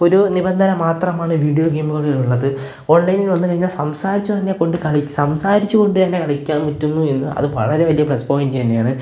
ഒരു നിബന്ധന മാത്രമാണ് വീഡിയോ ഗെയിമുകളിലുള്ളത് ഓൺലൈനിൽ വന്ന് കഴിഞ്ഞാൽ സംസാരിച്ച് തന്നെ കൊണ്ട് സംസാരിച്ച് കൊണ്ട് തന്നെ കളിക്കാൻ പറ്റുന്നു എന്ന് അത് വളരെ വലിയ പ്ലെസ് പോയിന്റ് തന്നെയാണ്